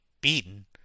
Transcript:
beaten